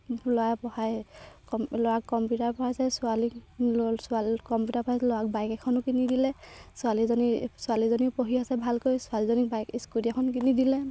ল'ৰাই পঢ়াই ল'ৰাক কম্পিউটাৰ পঢ়াইছে ছোৱালীক ল'ৰা ছোৱালী কম্পিউটাৰ পঢ়াইছে ল'ৰাক বাইক এখনো কিনি দিলে ছোৱালীজনী ছোৱালীজনীও পঢ়ি আছে ভালকৈ ছোৱালীজনীক বাইক স্কুটি এখন কিনি দিলে